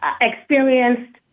experienced